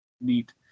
Neat